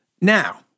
Now